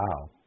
wow